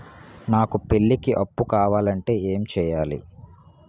నాకు పెళ్లికి అప్పు కావాలంటే ఏం చేయాలి?